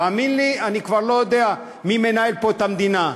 תאמין לי, אני כבר לא יודע מי מנהל פה את המדינה,